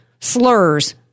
slurs